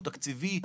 הוא תקציבי,